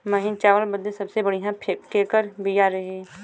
महीन चावल बदे सबसे बढ़िया केकर बिया रही?